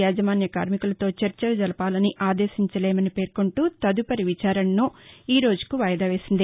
యాజమాన్య కార్మికులతో చర్చలు జరపాలను ఆదేశించలేమని పేర్కొంటూ తదుపరి విచారణను ఈ రోజుకు వాయిదా వేసింది